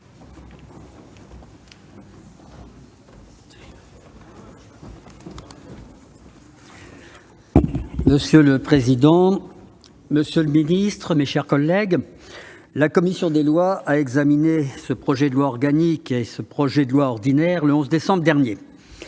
Monsieur le président, monsieur le secrétaire d'État, mes chers collègues, la commission des lois a examiné ce projet de loi organique et ce projet de loi ordinaire le 11 décembre dernier.